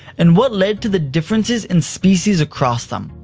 and what lead to the differences in species across them.